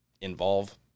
involve